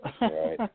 Right